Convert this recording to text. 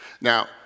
Now